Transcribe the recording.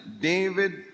David